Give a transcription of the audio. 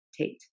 Tate